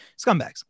Scumbags